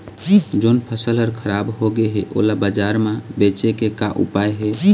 जोन फसल हर खराब हो गे हे, ओला बाजार म बेचे के का ऊपाय हे?